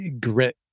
grit